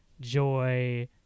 joy